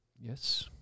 yes